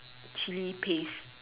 chilli paste